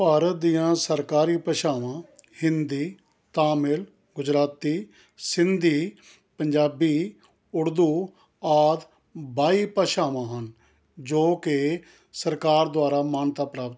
ਭਾਰਤ ਦੀਆਂ ਸਰਕਾਰੀ ਭਾਸ਼ਾਵਾਂ ਹਿੰਦੀ ਤਾਮਿਲ ਗੁਜਰਾਤੀ ਸਿੰਧੀ ਪੰਜਾਬੀ ਉਰਦੂ ਆਦਿ ਬਾਈ ਭਾਸ਼ਾਵਾਂ ਹਨ ਜੋ ਕਿ ਸਰਕਾਰ ਦੁਆਰਾ ਮਾਨਤਾ ਪ੍ਰਾਪਤ ਹਨ